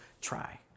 try